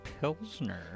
Pilsner